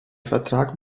vertrag